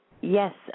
yes